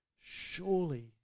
Surely